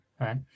right